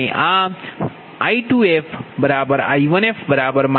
અને આ I2fI1f j4